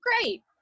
great